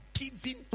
giving